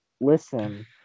listen